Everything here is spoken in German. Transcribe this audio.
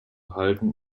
halten